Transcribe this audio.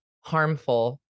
harmful